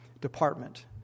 department